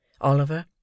Oliver